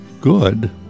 good